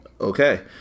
Okay